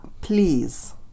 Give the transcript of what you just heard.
please